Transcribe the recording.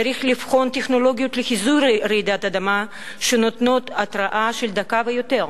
צריך לבחון טכנולוגיות לחיזוי רעידת אדמה שנותנות התרעה של דקה ויותר,